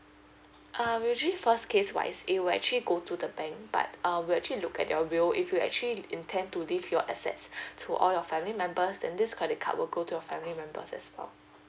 err we actually for case wise you would actually go to the bank but err we actually look at your will if you actually intend to leave your assets to all your family members then this credit card will go to your family members as well